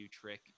trick